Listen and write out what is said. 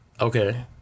Okay